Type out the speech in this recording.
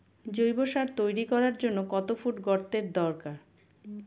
জৈব সার তৈরি করার জন্য কত ফুট গর্তের দরকার?